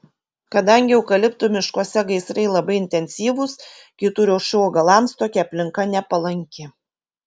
kadangi eukaliptų miškuose gaisrai labai intensyvūs kitų rūšių augalams tokia aplinka nepalanki